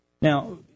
now